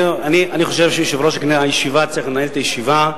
אני חושב שיושב-ראש הישיבה צריך לנהל את הישיבה,